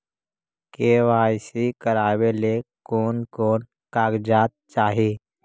KYC करावे ले कोन कोन कागजात चाही?